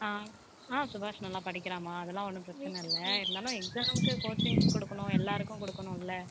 ஆ சுபாஷ் நல்லா படிக்கிறாம்மா அதுலாம் ஒன்றும் பிரச்சனை இல்லை இருந்தாலும் எக்ஸாமுக்கு கோச்சிங் கொடுக்கணும் எல்லாருக்கும் கொடுக்கணுன்ல